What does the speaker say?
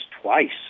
twice